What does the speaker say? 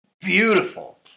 beautiful